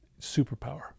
superpower